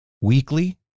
weekly